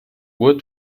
uhr